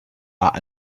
are